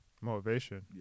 Motivation